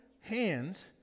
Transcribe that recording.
hands